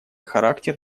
характер